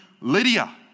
Lydia